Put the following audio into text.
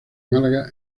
málaga